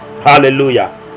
Hallelujah